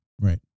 right